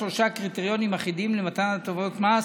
שלושה קריטריונים אחידים למתן הטבות מס: